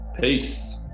Peace